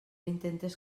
intentes